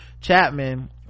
Chapman